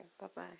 Bye-bye